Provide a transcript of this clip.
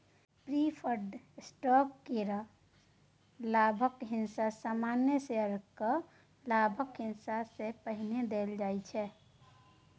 preferred stock केर लाभक हिस्सा सामान्य शेयरक लाभक हिस्सा सँ पहिने देल जाइ छै